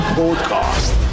podcast